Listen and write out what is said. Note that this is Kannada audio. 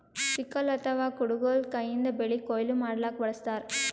ಸಿಕಲ್ ಅಥವಾ ಕುಡಗೊಲ್ ಕೈಯಿಂದ್ ಬೆಳಿ ಕೊಯ್ಲಿ ಮಾಡ್ಲಕ್ಕ್ ಬಳಸ್ತಾರ್